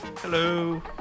Hello